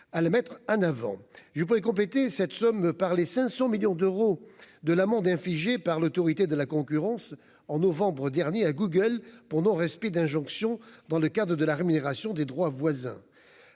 je pouvais compléter cette somme par les 500 millions d'euros de l'amende infligée par l'Autorité de la concurrence en novembre dernier à Google pour non respect d'injonction dans le cadre de la rémunération des droits voisins,